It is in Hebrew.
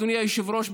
אדוני היושב-ראש,